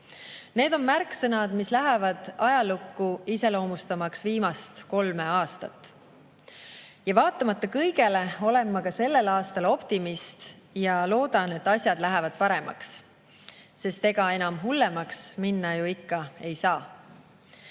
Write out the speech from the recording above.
need on märksõnad, mis lähevad ajalukku iseloomustamaks viimast kolme aastat. Ja vaatamata kõigele olen ma ka sellel aastal optimist ja loodan, et asjad lähevad paremaks. Sest ega enam hullemaks minna ju ikka ei saa.